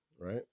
Right